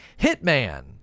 Hitman